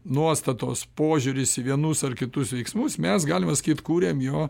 nuostatos požiūris į vienus ar kitus veiksmus mes galima sakyt kuriam jo